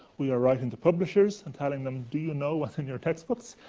we are writing the publishers and telling them, do you know what's in your textbooks?